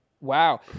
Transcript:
Wow